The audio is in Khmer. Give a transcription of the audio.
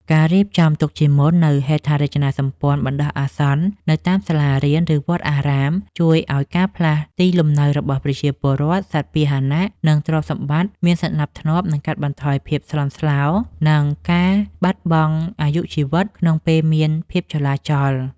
ការរៀបចំទុកជាមុននូវហេដ្ឋារចនាសម្ព័ន្ធបណ្ដោះអាសន្ននៅតាមសាលារៀន ឬវត្តអារាម ជួយឱ្យការផ្លាស់ទីលំនៅរបស់ប្រជាពលរដ្ឋ សត្វពាហនៈ និងទ្រព្យសម្បត្តិមានសណ្ដាប់ធ្នាប់ កាត់បន្ថយភាពស្លន់ស្លោ និងការបាត់បង់អាយុជីវិតក្នុងពេលមានភាពចលាចល។